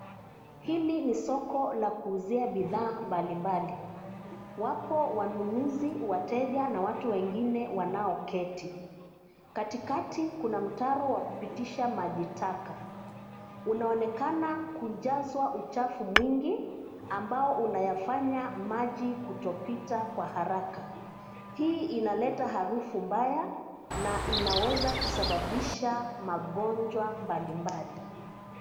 Hili ni soko la kkuzia bidhaa mbalimbali wapo wanunuzi, wateja na watu wengine wanaoketi. Katikakati kuna mtaro wa kupitisha maji taka unaonekana kujazwa uchafu mwingi, ambao unayafanya maji kutopita kwa haraka . Hii inaleta harufu mbaya na inaweza kusababisha magonjwa mbalimbali.